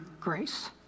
grace